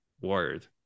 word